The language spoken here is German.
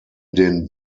den